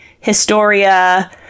Historia